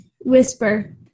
whisper